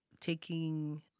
taking